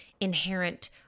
inherent